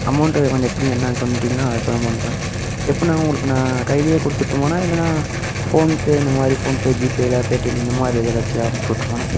amount கொஞ்சம் எப்படி என்ன சொல்லிடீங்கனா அதுக்கு தகுந்தமாதிரி பண்ணிக்கலாம் எப்புடிண்ணா உங்களுக்கு நான் கையிலே கொடுத்துட்ருமாண்ணா இல்லைனா ஃபோன் பே இந்தமாதிரி ஃபோன் பே ஜிபேயில் பேடிஎம் இந்தமாதிரி இதில் வச்சு தான் அனுப்புச்சுட்றவாண்ணா